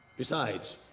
besides.